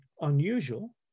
unusual